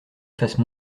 fasse